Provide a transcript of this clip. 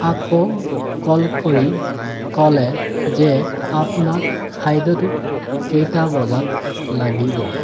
আকৌ কল কৰি ক'লে যে আপোনাক খাদ্যটো কেইটা বজাত লাগিব